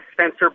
Spencer